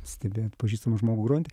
stebėt pažįstamą žmogų grojantį